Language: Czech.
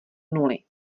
nuly